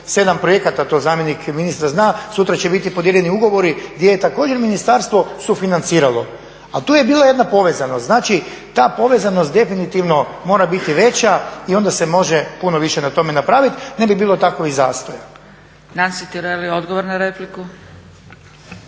7 projekata. To zamjenik ministra zna. Sutra će biti podijeljeni ugovori gdje je također ministarstvo sufinanciralo. Ali tu je bila jedna povezanost. Znači, ta povezanost definitivno mora biti veća i onda se može puno više na tome napraviti, ne bi bilo takovih zastoja. **Zgrebec, Dragica